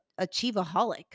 achievaholic